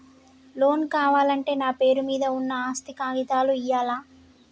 Loan కావాలంటే నా పేరు మీద ఉన్న ఆస్తి కాగితాలు ఇయ్యాలా?